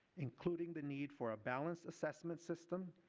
including the need for a balanced assessment system,